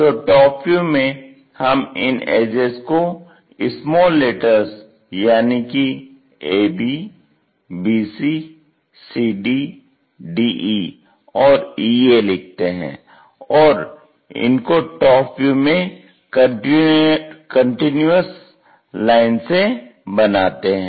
तो top view में हम इन एजेज को स्मॉल लेटर्स यानी कि ab bc cd de और ea लिखते हैं और इनको टॉप व्यू में कंटीन्यूअस लाइन से बनाते हैं